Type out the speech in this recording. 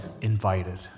invited